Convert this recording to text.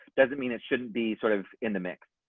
doesn't mean it shouldn't be sort of in the mix.